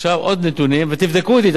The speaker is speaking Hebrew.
עכשיו עוד נתונים, ותבדקו אותי.